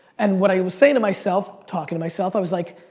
and what i would say to myself, talking to myself i was like,